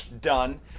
Done